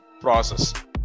process